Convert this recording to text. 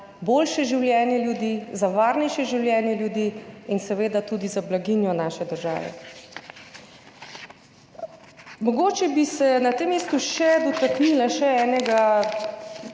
boljše in varnejše življenje ljudi in seveda tudi za blaginjo naše države. Mogoče bi se na tem mestu dotaknila še enega